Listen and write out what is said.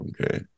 Okay